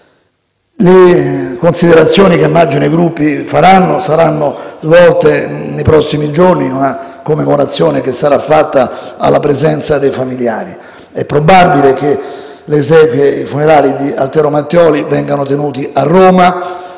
Le considerazioni che immagino i Gruppi faranno saranno svolte nei prossimi giorni, in una commemorazione che sarà fatta alla presenza del famigliari. È probabile che le esequie di Altero Matteoli si celebreranno a Roma